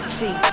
see